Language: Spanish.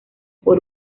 por